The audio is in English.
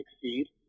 succeed